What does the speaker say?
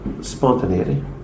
spontaneity